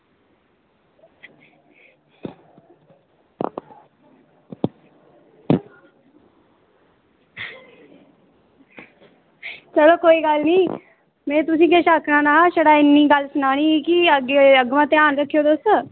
चलो कोई गल्ल निं में तुसें ई छड़ा सनाना हा कि अग्गुआं ध्यान रक्खेओ तुस